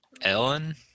Ellen